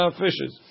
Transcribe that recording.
fishes